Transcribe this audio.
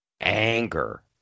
anger